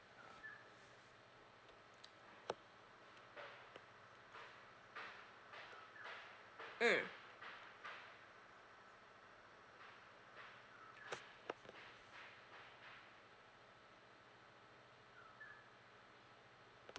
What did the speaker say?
mm